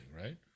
right